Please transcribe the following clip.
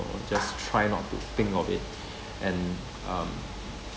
just try not to think of it and um